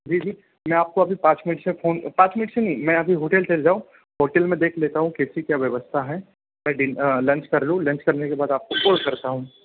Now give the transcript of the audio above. जी जी मैं आपको अभी पाँच मिनट से फोन पाँच मिनट से नहीं मैं अभी होटल चले जाऊँ होटल में देख लेता हूँ कैसे क्या व्यवस्था है मैं डीन लंच कर लू लंच करने के बाद आपको कॉल करता हूँ